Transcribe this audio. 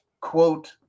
Quote